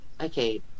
okay